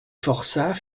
forçats